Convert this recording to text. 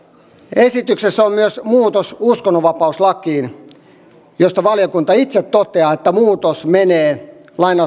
esityksessä on myös muutos uskonnonvapauslakiin josta valiokunta itse toteaa että muutos menee